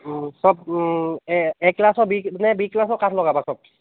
সব A A ক্লাছৰ B নে বি ক্লাছৰ কাঠ লগাবা সব